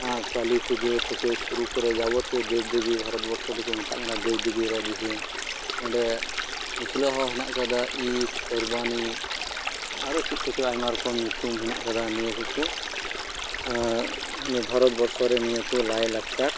ᱠᱟᱞᱤ ᱯᱩᱡᱟᱹ ᱛᱷᱮᱠᱮ ᱥᱩᱨᱩ ᱠᱚᱨᱮ ᱡᱟᱵᱚᱛᱤᱭᱚ ᱫᱮᱵᱽᱼᱫᱮᱵᱤ ᱵᱷᱟᱨᱚᱛᱵᱚᱨᱥᱚ ᱫᱚᱠᱚ ᱢᱮᱛᱟᱜ ᱠᱟᱱᱟ ᱫᱮᱵᱽᱼᱫᱮᱵᱤ ᱨᱮᱭᱟᱜ ᱫᱤᱥᱚᱢ ᱚᱸᱰᱮ ᱢᱩᱥᱞᱟᱹ ᱦᱚᱸ ᱦᱮᱱᱟᱜ ᱠᱟᱫᱟ ᱤᱫᱽ ᱠᱚᱨᱵᱟᱱᱤ ᱟᱨᱚ ᱪᱮᱜ ᱠᱚᱪᱚ ᱟᱭᱢᱟ ᱨᱚᱠᱚᱢ ᱧᱩᱛᱩᱢ ᱦᱮᱱᱟᱜ ᱠᱟᱫᱟ ᱱᱤᱭᱟᱹ ᱠᱚᱠᱚ ᱱᱤᱭᱟᱹ ᱵᱷᱟᱨᱚᱛᱵᱚᱨᱥᱚ ᱨᱮ ᱱᱤᱭᱟᱹ ᱠᱚ ᱞᱟᱭᱼᱞᱟᱠᱪᱟᱨ